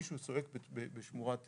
אלון והצוות שלו יודעים איך להשיג אותי בקלות.